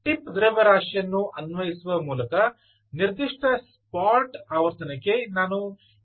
tip ದ್ರವ್ಯರಾಶಿಯನ್ನು ಅನ್ವಯಿಸುವ ಮೂಲಕ ನಿರ್ದಿಷ್ಟ ಸ್ಪಾಟ್ ಆವರ್ತನಕ್ಕೆ ನಾನು ಹೇಗೆ ಟ್ಯೂನ್ ಮಾಡಬಹುದು